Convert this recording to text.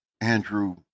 Andrew